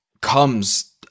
comes